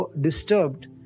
disturbed